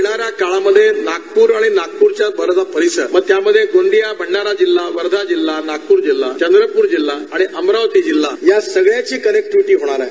येणाऱ्या काळामध्ये नागपूर आणि नापूरच्या बाजूचा परिसर त्यामध्ये गोंदिया भंडारा जिल्हा वर्धा जिल्हा नागपूर जिल्हा चंद्रपूर जिल्हा आणि अमरावती जिल्हा या सगळ्याची कनेक्टिविटी होणार आहे